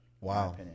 Wow